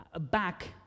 back